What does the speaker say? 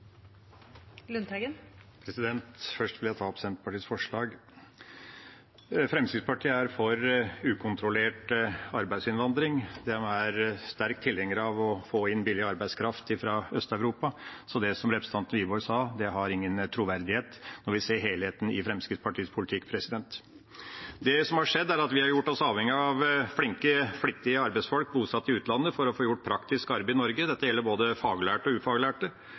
for ukontrollert arbeidsinnvandring, de er sterke tilhengere av å få inn billig arbeidskraft fra Øst-Europa, så det representanten Wiborg sa, har ingen troverdighet, når vi ser helheten i Fremskrittspartiets politikk. Det som har skjedd, er at vi har gjort oss avhengige av flinke, flittige arbeidsfolk bosatt i utlandet for å få gjort praktisk arbeid i Norge. Dette gjelder både faglærte og ufaglærte.